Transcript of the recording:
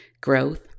growth